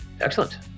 Excellent